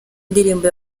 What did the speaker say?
ndirimbo